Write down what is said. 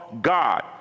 God